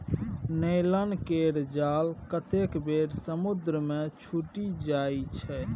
nylon केर जाल कतेक बेर समुद्रे मे छुटि जाइ छै